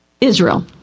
Israel